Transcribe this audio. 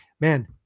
man